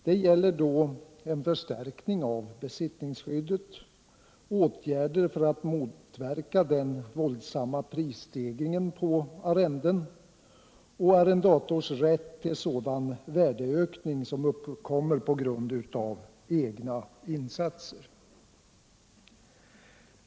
I motionen behandlas en förstärkning av besittningsskyddet, åtgärder för att motverka den våldsamma prisstegringen på arrenden och arrendatorns rätt till en sådan värdeökning som uppkommer på grund av egfa insatser.